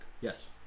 Yes